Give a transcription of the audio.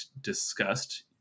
discussed